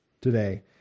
today